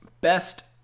Best